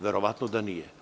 Verovatno da nije.